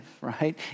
right